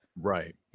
Right